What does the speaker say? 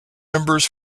members